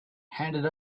handed